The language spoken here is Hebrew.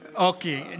אוקיי.